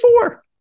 four